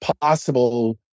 possible